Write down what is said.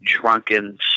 drunken